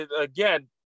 again